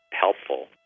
helpful